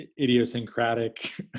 idiosyncratic